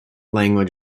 language